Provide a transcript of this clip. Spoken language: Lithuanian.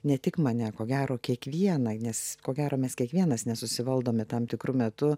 ne tik mane ko gero kiekvieną nes ko gero mes kiekvienas nesusivaldome tam tikru metu